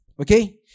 Okay